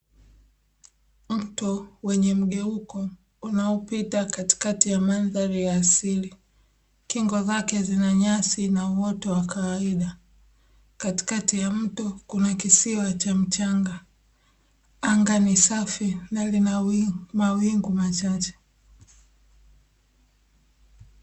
Mto wenye mgeuko unaopita katikati ya mandhari ya asili kingo zake zina nyasi na uoto wa kawaida, katikati ya mto kuna kisiwa cha mchanga anga ni safi na lina mawingu machache.